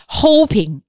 hoping